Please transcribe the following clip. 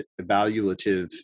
evaluative